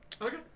Okay